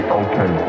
okay